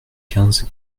quinze